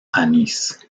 anís